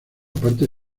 parte